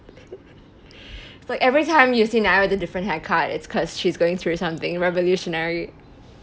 it's like every time you see nia with a different haircut it's because she's going through something revolutionary